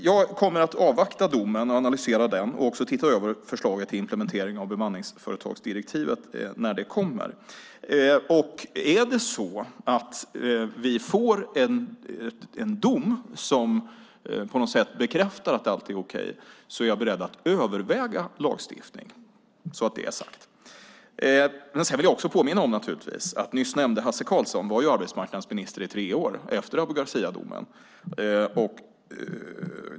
Jag kommer att avvakta domen och analysera den, och jag kommer att titta över förslaget till implementering av bemanningsföretagsdirektivet när det kommer. Om vi får en dom som på något sätt bekräftar att allt är okej är jag beredd att överväga lagstiftning. Jag vill också påminna om att nyss nämnde Hasse Karlsson var arbetsmarknadsminister i tre år efter Abu Garcia-domen.